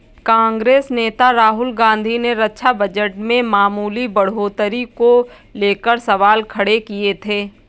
कांग्रेस नेता राहुल गांधी ने रक्षा बजट में मामूली बढ़ोतरी को लेकर सवाल खड़े किए थे